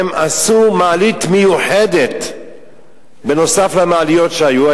הם עשו מעלית מיוחדת בנוסף למעליות שהיו.